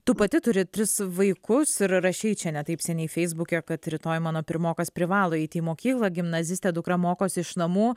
tu pati turi tris vaikus ir rašei čia ne taip seniai feisbuke kad rytoj mano pirmokas privalo eiti į mokyklą gimnazistė dukra mokosi iš namų